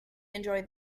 enjoy